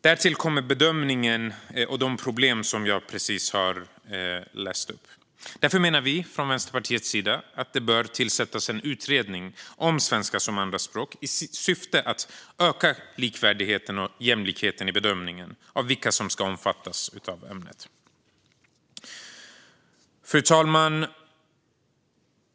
Därtill kommer problemen med bedömning som jag precis har nämnt. Därför menar vi från Vänsterpartiets sida att det bör tillsättas en utredning om svenska som andraspråk i syfte att öka likvärdigheten och jämlikheten i bedömningen av vilka som ska omfattas av ämnet.